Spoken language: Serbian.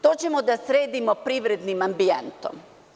To ćemo da sredimo privrednim ambijentom.